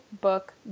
book